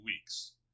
weeks